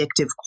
addictive